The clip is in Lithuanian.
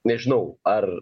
nežinau ar